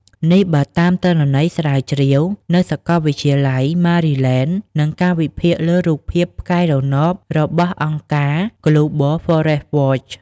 នេះបើតាមទិន្នន័យស្រាវជ្រាវនៅសកលវិទ្យាល័យ Maryland និងការវិភាគលើរូបភាពផ្កាយរណបរបស់អង្គការ Global Forest Watch។